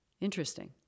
Interesting